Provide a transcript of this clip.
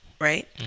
Right